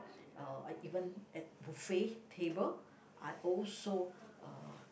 uh even at buffet table I also uh